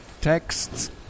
texts